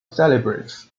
celebrates